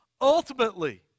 ultimately